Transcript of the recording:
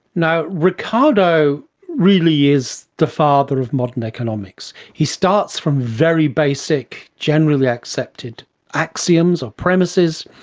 now, ricardo really is the father of modern economics. he starts from very basic generally accepted axioms or premises,